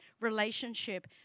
relationship